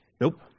Nope